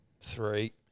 three